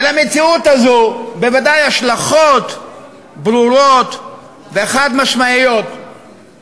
אם בשנות ה-80, מכלל ההוצאה הלאומית לחינוך